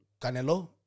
Canelo